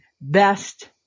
best